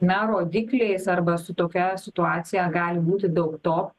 na rodikliais arba su tokia situacija gali būti daug to